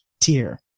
tier